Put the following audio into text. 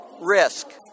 risk